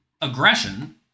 aggression